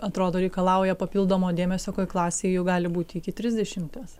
atrodo reikalauja papildomo dėmesio kai klasėj jų gali būti iki trisdešimties